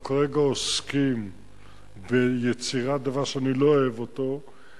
אנחנו כרגע עוסקים ביצירת דבר שאני לא אוהב אותו,